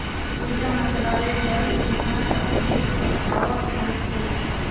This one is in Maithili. ऊर्जा मंत्रालय जैव इंधनक दुष्प्रभावक जांच केलक